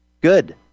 Good